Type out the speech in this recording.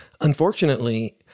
Unfortunately